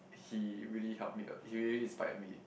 he really helped me uh he really inspired me